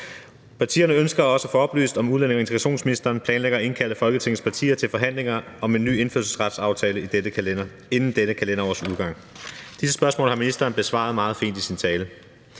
Partierne ønsker også at få oplyst, om udlændinge- og integrationsministeren planlægger at indkalde Folketingets partier til forhandlinger om en ny indfødsretsaftale inden dette kalenderårs udgang. Disse spørgsmål har ministeren besvaret meget fint i sin tale.